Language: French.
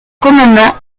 commandement